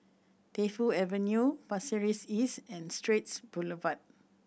Defu Avenue Pasir Ris East and Straits Boulevard